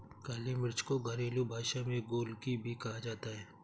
काली मिर्च को घरेलु भाषा में गोलकी भी कहा जाता है